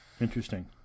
interesting